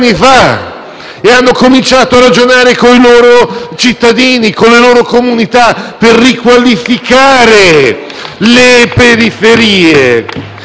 anni fa, iniziando a ragionare con i loro cittadini e le loro comunità per riqualificare le periferie.